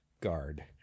guard